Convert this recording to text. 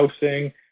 housing